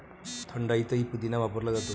थंडाईतही पुदिना वापरला जातो